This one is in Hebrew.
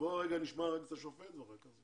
רגע נשמע את השופט ואחר כך.